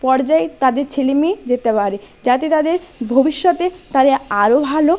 পর্যায়ে তাদের ছেলে মেয়ে যেতে পারে যাতে তাদের ভবিষ্যতে তাদের আরও ভালো